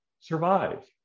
survive